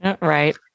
Right